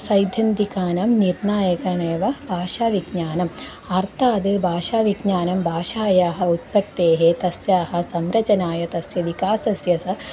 सैद्धान्तिकानां निर्णायकानेव भाषाविज्ञानम् अर्थात् भाषाविज्ञानं भाषायाः उत्पत्तेः तस्याः संरचनाय तस्य विकासस्य स